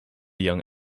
young